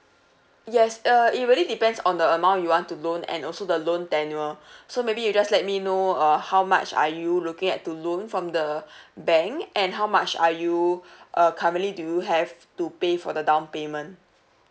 yes uh it really depends on the amount you want to loan and also the loan tenure so maybe you just let me know uh how much are you looking at to loan from the bank and how much are you uh currently do you have to pay for the down payment